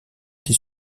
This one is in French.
des